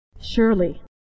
Surely